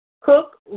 Cook